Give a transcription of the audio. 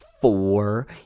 Four